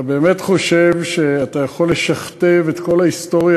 אתה באמת חושב שאתה יכול לשכתב את כל ההיסטוריה